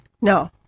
no